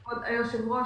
כבוד היושב-ראש,